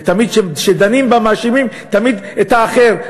ותמיד כשדנים בה מאשימים תמיד את האחר,